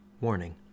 Warning